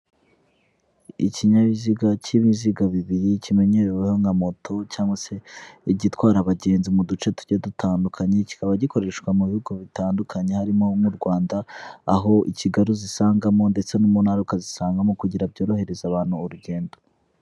Ikinyabiziga k'ibiziga bibiri kimenyereweho nka moto cyangwa se igitwara abagenzi mu duce tugiye dutandukanye, kikaba gikoreshwa mu bihugu bitandukanye harimo nk'u Rwanda, aho i Kigali uzisangamo ndetse no mu ntara ukazisangamo kugira byorohereza abantu urugendo.